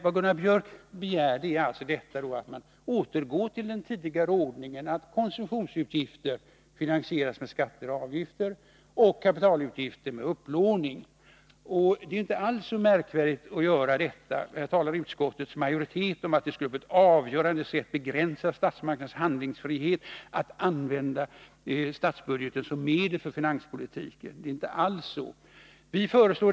Vad Gunnar Biörck begär är alltså att man återgår till den tidigare ordningen att konsumtionsutgifter finansieras med skatter och avgifter och kapitalutgifter med upplåning. Det är inte alls märkvärdigt att göra det. Utskottsmajoriteten talar om att det skulle på ett avgörande sätt begränsa statsmakternas handlingsfrihet att använda statsbudgeten som medel för finanspolitiken. Det är inte alls så.